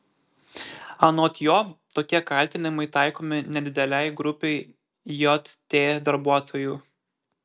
anot jo tokie kaltinimai taikomi nedidelei grupei jt darbuotojų